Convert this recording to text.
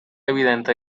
evidente